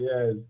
Yes